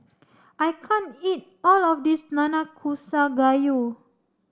I can't eat all of this Nanakusa Gayu